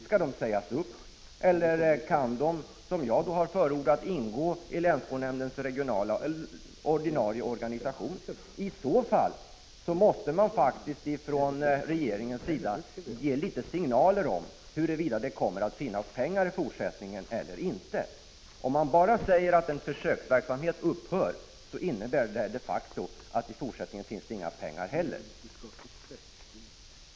Skall de sägas upp, eller kan de, som jag har förordat, ingå i länsskolnämndens ordinarie organisation? I så fall måste man faktiskt från regeringens sida ge en signal om huruvida det kommer att finnas pengar i fortsättningen eller inte. Om man bara säger att försöksverksamheten skall upphöra innebär det att det inte finns några pengar.